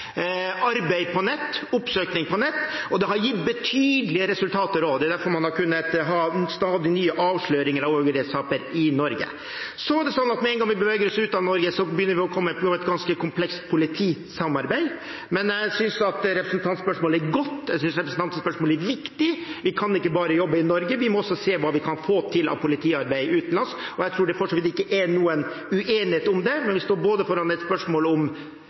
arbeid på nett og oppsøking på nett, og det har også gitt betydelige resultater. Det er derfor man har kunnet ha stadig nye avsløringer av overgrepssaker i Norge. Så er det sånn at med en gang vi beveger oss ut av Norge, begynner vi å få et ganske komplekst politisamarbeid. Men jeg synes representantens spørsmål er godt, jeg synes representantens spørsmål er viktig. Vi kan ikke jobbe bare i Norge, vi må også se hva vi kan få til av politiarbeid utenlands. Jeg tror det for så vidt ikke er noen uenighet om det, men vi står overfor både et spørsmål om